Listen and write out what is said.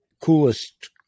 coolest